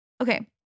okay